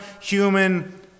human